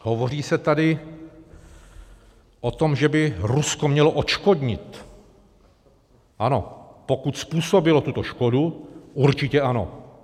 Hovoří se tady o tom, že by Rusko mělo odškodnit ano, pokud způsobilo tuto škodu, určitě ano.